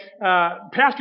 Pastor